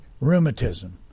rheumatism